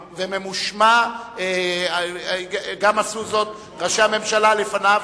וממושמע, עשו זאת גם ראשי הממשלה לפניו.